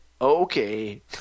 Okay